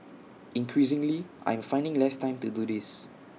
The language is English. increasingly I'm finding less time to do this